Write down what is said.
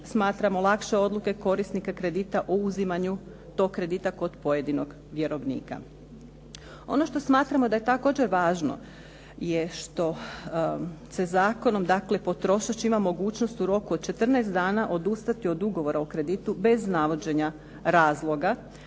smatramo lakše odluke korisnika kredita o uzimanju tog kredita kod pojedinog vjerovnika. Ono što smatramo da je također važno je što se zakonom dakle potrošač ima mogućnost u roku od 14 dana odustati od ugovora o kreditu bez navođenja razloga.